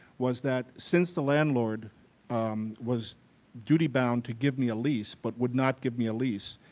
was that since the landlord um was duty-bound to give me a lease but would not give me a lease,